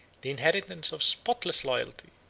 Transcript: the inheritance of spotless loyalty,